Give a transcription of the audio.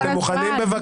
אתה לא קורא לו לסדר?